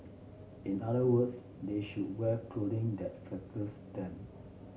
in other words they should wear clothing that flatters them